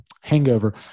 hangover